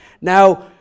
Now